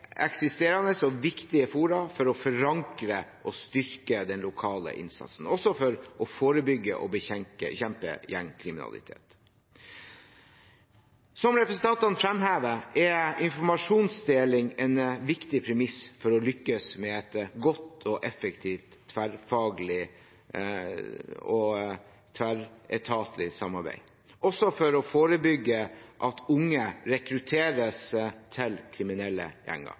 eksisterende og viktige fora for å forankre og styrke den lokale innsatsen og også for å forebygge og bekjempe gjengkriminalitet. Som representantene fremhever, er informasjonsdeling en viktig premiss for å lykkes med et godt og effektivt tverrfaglig og tverretatlig samarbeid, også for å forebygge at unge rekrutteres til kriminelle gjenger.